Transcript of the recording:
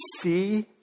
see